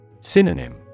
Synonym